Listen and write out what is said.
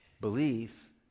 belief